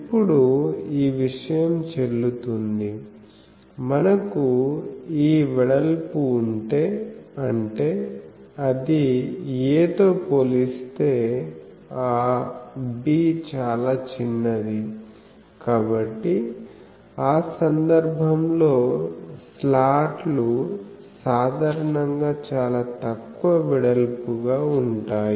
ఇప్పుడు ఈ విషయం చెల్లుతుంది మనకు ఈ వెడల్పు ఉంటే అంటే అది a తో పోలిస్తే ఆ b చాలా చిన్నది కాబట్టి ఆ సందర్భంలో స్లాట్ లు సాధారణంగా చాలా తక్కువ వెడల్పు గా ఉంటాయి